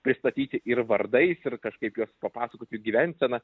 pristatyti ir vardais ir kažkaip juos papasakot gyvenseną